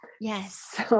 Yes